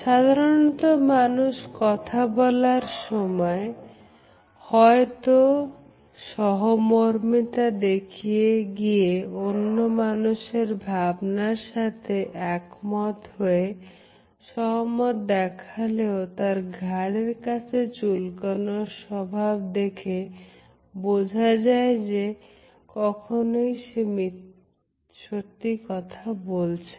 সাধারণত মানুষ কথা বলার সময় হয়তো সহমর্মিতা দেখাতে গিয়ে অন্য মানুষের ভাবনার সাথে একমত হয়ে সহমত দেখালেও তার ঘাড়ের কাছে চুলকানোর স্বভাব দেখে বোঝা যায় যে সে কখনো সত্যি কথা বলছে না